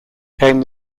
came